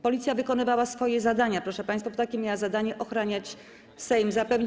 Policja wykonywała swoje zadania, proszę państwa, bo takie miała zadanie - ochraniać Sejm, zapewnić.